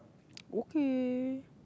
okay